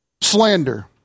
Slander